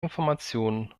informationen